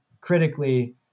critically